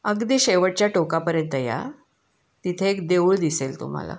अगदी शेवटच्या टोकापर्यंत या तिथे एक देऊळ दिसेल तुम्हाला